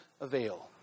avail